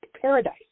paradise